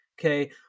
Okay